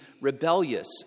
rebellious